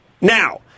Now